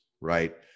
right